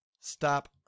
stop